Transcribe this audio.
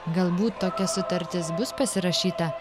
galbūt tokia sutartis bus pasirašyta